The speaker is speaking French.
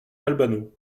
albano